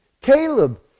Caleb